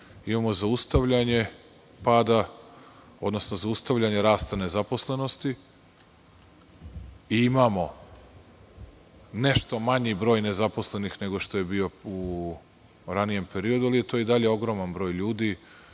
odnosno zaustavljanje rasta nezaposlenosti i imamo nešto manji broj nezaposlenih nego što je bio u ranijem periodu, ali je to i dalje ogroman broj ljudi,